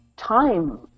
time